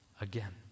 again